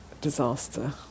disaster